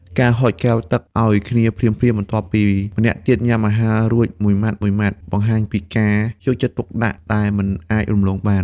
ការហុចកែវទឹកឱ្យគ្នាភ្លាមៗ បន្ទាប់ពីម្នាក់ទៀតញ៉ាំអាហាររួចមួយម៉ាត់ៗ បង្ហាញពីការយកចិត្តទុកដាក់ដែលមិនអាចរំលងបាន។